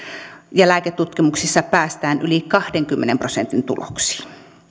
ja lääketutkimuksissa päästään yli kahdenkymmenen prosentin tuloksiin